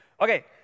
okay